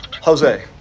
Jose